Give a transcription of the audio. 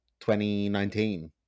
2019